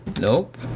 Nope